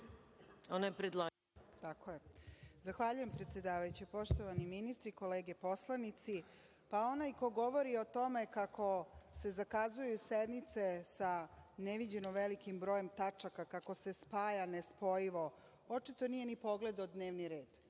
**Aleksandra Tomić** Zahvaljujem, predsedavajuća. Poštovani ministri, kolege poslanici, pa onaj ko govori o tome kako se zakazuju sednice sa neviđeno velikim brojem tačaka, kako se spaja nespojivo, očito nije ni pogledao dnevni red.